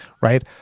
right